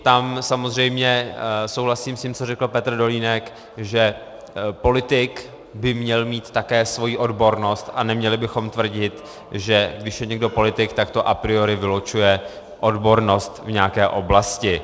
Tam samozřejmě souhlasím s tím, co řekl Petr Dolínek, že politik by měl být také svoji odbornost a neměli bychom tvrdit, že když je někdo politik, tak to a priori vylučuje odbornost v nějaké oblasti.